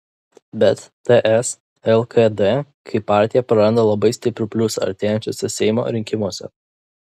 bet ts lkd kaip partija praranda labai stiprų pliusą artėjančiuose seimo rinkimuose